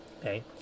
okay